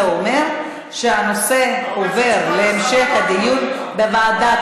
זה אומר שהנושא עובר לדיון בוועדת